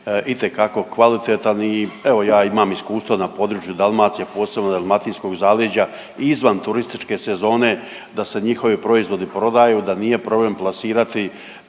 itekako kvalitetan i, evo, ja imam iskustva na području Dalmacije, posebno dalmatinskog zaleđa, izvan turističke sezone, da se njihovi proizvodi prodaju, da nije problem plasirati,